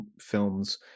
films